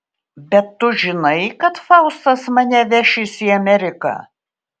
bet tu žinai kad faustas mane vešis į ameriką